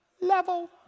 level